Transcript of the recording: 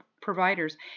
providers